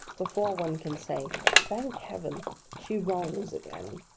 before one can say thank heaven she wrongs again.